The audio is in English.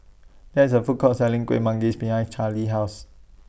There IS A Food Court Selling Kueh Manggis behind Carlie's House